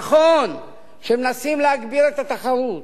נכון שמנסים להגביר את התחרות,